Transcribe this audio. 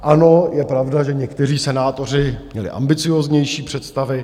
Ano, je pravda, že někteří senátoři měli ambicióznější představy.